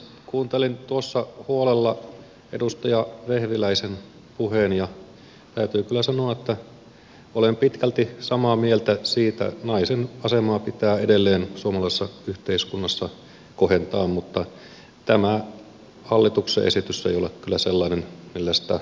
kuuntelin tuossa huolella edustaja vehviläisen puheen ja täytyy kyllä sanoa että olen pitkälti samaa mieltä siitä että naisen asemaa pitää edelleen suomalaisessa yhteiskunnassa kohentaa mutta tämä hallituksen esitys ei ole kyllä sellainen millä sitä voidaan tehdä